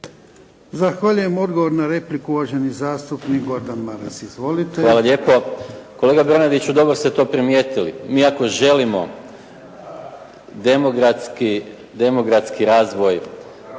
Zahvaljujem. Odgovor na repliku, uvaženi zastupnik Gordan Maras. Izvolite. **Maras, Gordan (SDP)** Hvala lijepo. Kolega Bernadiću dobro ste to primijetili, mi ako želimo demografski razvoj